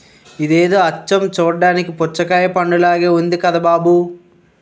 ఇదేదో అచ్చం చూడ్డానికి పుచ్చకాయ పండులాగే ఉంది కదా బాబూ